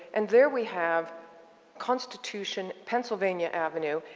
and there we have constitution, pennsylvania avenue.